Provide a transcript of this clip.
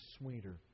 sweeter